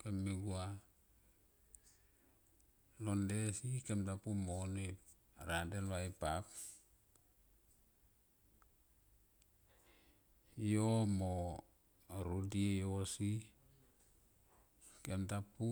kem me gua lo nde si kem ta pu mo ne radel va e pap yo mo rodei yo si kem ta pu.